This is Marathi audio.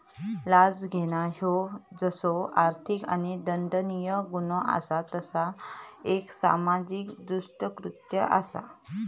लाच घेणा ह्यो जसो आर्थिक आणि दंडनीय गुन्हो असा तसा ता एक सामाजिक दृष्कृत्य असा